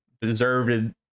deserved